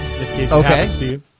Okay